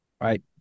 Right